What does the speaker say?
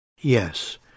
Yes